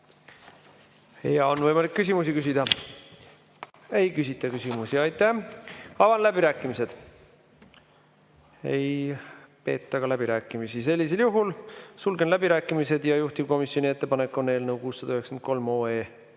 On võimalik küsimusi küsida. Ei küsita küsimusi. Aitäh! Avan läbirääkimised. Ei peeta ka läbirääkimisi. Sellisel juhul sulgen läbirääkimised. Juhtivkomisjoni ettepanek on eelnõu 693